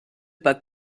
pas